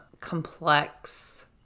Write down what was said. complex